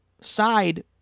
side